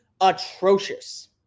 atrocious